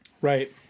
Right